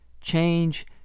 change